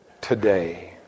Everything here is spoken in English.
today